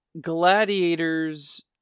gladiators